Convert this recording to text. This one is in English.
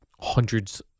hundreds